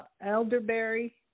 elderberry